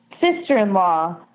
sister-in-law